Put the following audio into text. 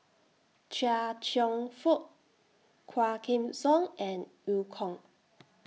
Chia Cheong Fook Quah Kim Song and EU Kong